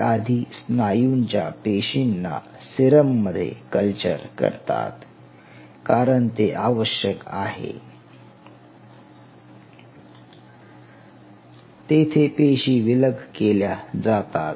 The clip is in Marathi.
ते आधी स्नायूंच्या पेशींना सिरम मध्ये कल्चर करतात कारण ते आवश्यक आहे तेथे पेशी विलग केल्या जातात